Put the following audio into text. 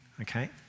Okay